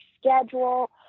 schedule